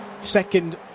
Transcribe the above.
second